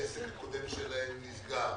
העסק הקודם שלהם נסגר